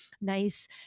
nice